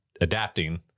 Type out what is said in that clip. adapting